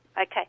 Okay